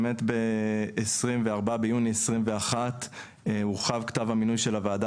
באמת ב-24 ביוני 2021 הורחב כתב המינוי של הוועדה